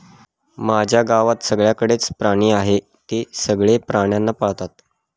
माझ्या गावात सगळ्यांकडे च प्राणी आहे, ते सगळे प्राण्यांना पाळतात